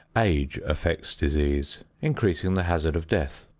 age affects disease, increasing the hazard of death.